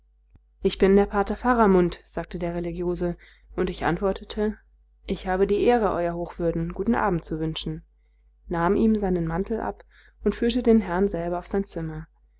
ich bin der pater faramund sagte der religiose und ich antwortete ich habe die ehre euer hochwürden guten abend zu wünschen nahm ihm seinen mantel ab und führte den herrn selber auf sein zimmer